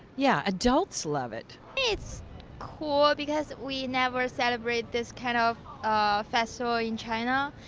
yeah, adults love it. its cool because we never celebrate this kind of festival in china.